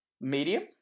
medium